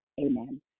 amen